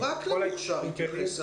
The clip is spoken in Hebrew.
הוא רק למוכשר התייחס.